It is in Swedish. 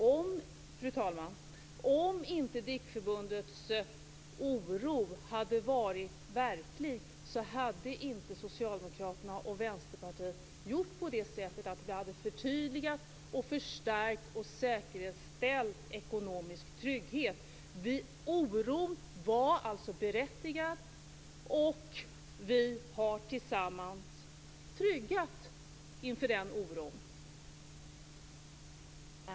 Fru talman! Om inte DIK-förbundets oro hade varit verklig, hade inte Socialdemokraterna, Vänsterpartiet och vi förstärkt och säkerställt ekonomisk trygghet. Oron var alltså berättigad, och vi har tillsammans stillat den oron.